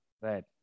Right